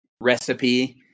recipe